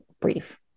brief